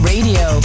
Radio